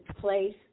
place